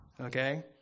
Okay